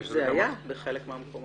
זה היה בחלק מהמקומות.